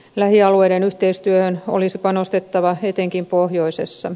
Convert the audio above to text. lähialueiden yhteistyöhön olisi panostettava etenkin pohjoisessa